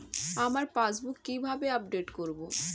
আমার পাসবুক কিভাবে আপডেট করবো?